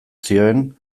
zioen